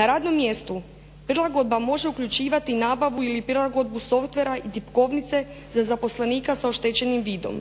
Na radnom mjestu prilagodba može uključivati nabavu ili prilagodbu softwarea i tipkovnice za zaposlenika sa oštećenim vidom,